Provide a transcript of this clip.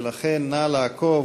ולכן נא לעקוב